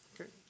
Okay